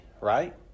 right